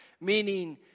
meaning